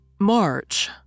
March